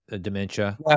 dementia